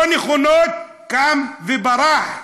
לא נכונות, קם וברח.